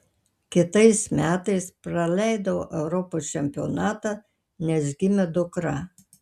kitais metais praleidau europos čempionatą nes gimė dukra